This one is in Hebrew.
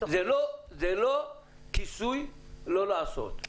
זה לא כיסוי לא לעשות.